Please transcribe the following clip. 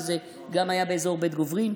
וזה גם היה באזור בית גוברין.